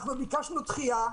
אנחנו ביקשנו דחייה.